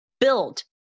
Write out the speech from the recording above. build